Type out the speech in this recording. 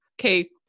Okay